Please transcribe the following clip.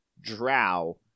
drow